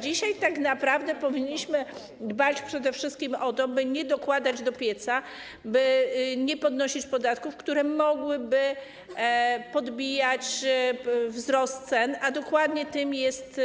Dzisiaj tak naprawdę powinniśmy dbać przede wszystkim o to, by nie dokładać do pieca, by nie podnosić podatków, które mogłyby podbijać wzrost cen, a dokładnie tym jest